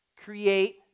create